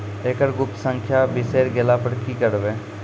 एकरऽ गुप्त संख्या बिसैर गेला पर की करवै?